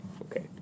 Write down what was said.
Okay